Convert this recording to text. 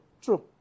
true